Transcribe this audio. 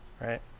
right